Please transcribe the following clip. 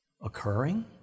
occurring